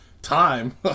time